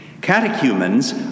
catechumens